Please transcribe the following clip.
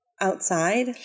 outside